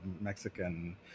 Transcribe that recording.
Mexican